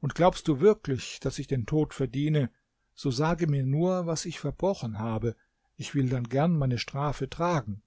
und glaubst du wirklich daß ich den tod verdiene so sage mir nur was ich verbrochen habe ich will dann gern meine strafe tragen